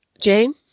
Jane